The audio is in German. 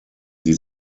die